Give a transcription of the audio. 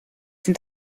sind